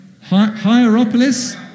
Hierapolis